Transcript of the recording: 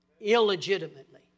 Illegitimately